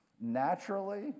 Naturally